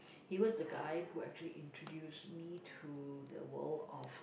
he was the guy who actually introduced me to the world of